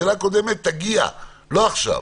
השאלה הקודמת תגיע, לא עכשיו.